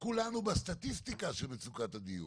כולנו בסטטיסטיקה של מצוקת הדיור.